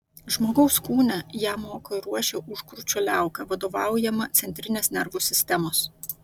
žmogaus kūne ją moko ir ruošia užkrūčio liauka vadovaujama centrinės nervų sistemos